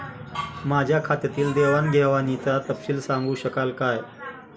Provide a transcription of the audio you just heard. माझ्या खात्यातील देवाणघेवाणीचा तपशील सांगू शकाल काय?